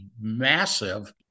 massive